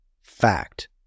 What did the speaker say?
Fact